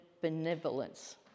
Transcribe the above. benevolence